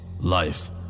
life